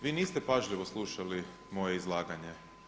Vi niste pažljivo slušali moje izlaganje.